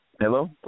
Hello